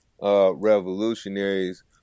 Revolutionaries